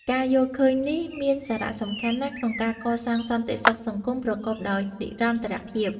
ការយល់ឃើញនេះមានសារៈសំខាន់ណាស់ក្នុងការកសាងសន្តិសុខសង្គមប្រកបដោយនិរន្តរភាព។